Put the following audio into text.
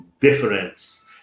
difference